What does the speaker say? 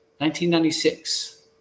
1996